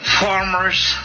farmers